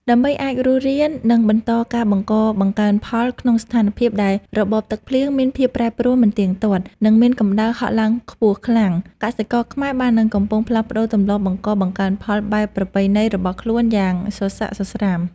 ដើម្បីអាចរស់រាន និងបន្តការបង្កបង្កើនផលក្នុងស្ថានភាពដែលរបបទឹកភ្លៀងមានភាពប្រែប្រួលមិនទៀងទាត់ និងមានកម្ដៅហក់ឡើងខ្ពស់ខ្លាំង កសិករខ្មែរបាននិងកំពុងផ្លាស់ប្តូរទម្លាប់បង្កបង្កើនផលបែបប្រពៃណីរបស់ខ្លួនយ៉ាងសស្រាក់សស្រាំ។